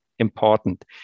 important